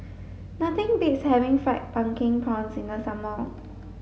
nothing beats having fried pumpkin prawns in the summer